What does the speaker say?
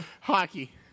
Hockey